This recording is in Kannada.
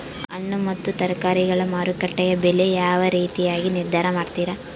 ಹಣ್ಣು ಮತ್ತು ತರಕಾರಿಗಳ ಮಾರುಕಟ್ಟೆಯ ಬೆಲೆ ಯಾವ ರೇತಿಯಾಗಿ ನಿರ್ಧಾರ ಮಾಡ್ತಿರಾ?